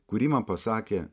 kurį man pasakė